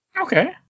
okay